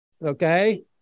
Okay